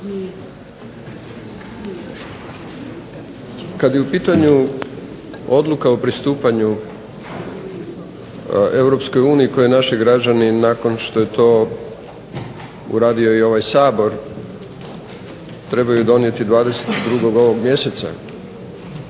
Kad je u pitanju odluka o pristupanju Europskoj uniji koju naši građani nakon što je to uradio i ovaj Sabor trebaju donijeti 22. ovog mjeseca